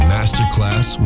Masterclass